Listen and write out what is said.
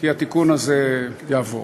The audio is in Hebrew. כי התיקון הזה יעבור.